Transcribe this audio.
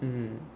mmhmm